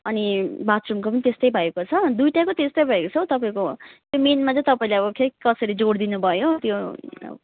अनि बाथरूमको पनि त्यस्तै भएको छ दुइवटैको त्यस्तै भएको छ हो तपाईँको त्यो मेनमा चाहिँ तपाईँले अब खै कसरी जोडिदिनु भयो त्यो